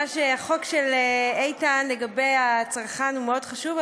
החוק של איתן לגבי הצרכן הוא מאוד חשוב,